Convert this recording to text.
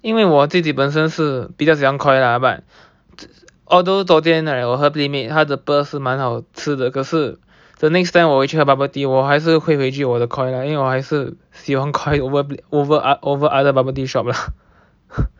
因为我自己本身是比较喜欢 Koi lah but although 昨天 right 我喝 Playmade 它的 the pearl 是蛮好吃的可是 the next time 我回去喝我还是会回去我的 Koi lah 因为我还是喜欢 Koi over over over other bubble tea shop lah